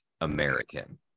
American